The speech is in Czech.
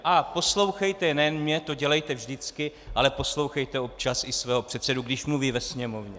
A poslouchejte nejen mě, to dělejte vždycky, ale poslouchejte občas i svého předsedu, když mluví ve Sněmovně.